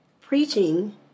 Preaching